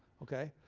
okay?